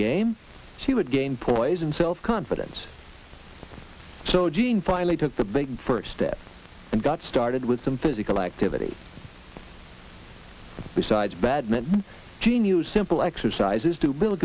game she would gain poise and self confidence so gene finally took the big first step and got started with some physical activity besides badminton she knew simple exercises to build